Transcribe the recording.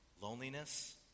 loneliness